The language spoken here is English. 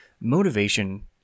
Motivation